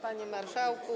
Panie Marszałku!